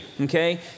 Okay